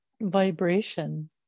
vibration